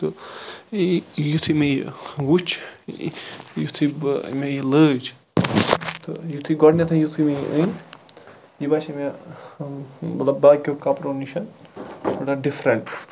تہٕ یُتھُے مےٚ یہِ وٕچھ یُتھُے بہٕ مےٚ یہِ لٲجۍ تہٕ یُتھُے گۄڈنیٚتھے یُتھُے مےٚ یہِ أنۍ یہِ باسے مےٚ مَطلَب باقیَو کَپرَو نِش تھوڑا ڈِفرَنٹ